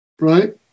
Right